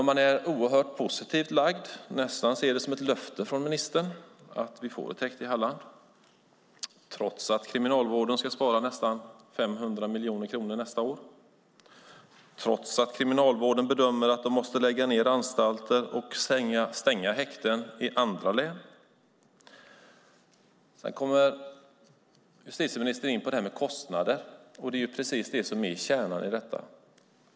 Om man är oerhört positivt lagd kan man nästan se det som ett löfte från ministern att vi får ett häkte i Halland, trots att Kriminalvården ska spara nästan 500 miljoner kronor nästa år, trots att Kriminalvården bedömer att de måste lägga ned anstalter och stänga häkten i andra län. Justitieministern kom in på kostnaderna, och det är just kärnan i detta.